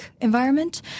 environment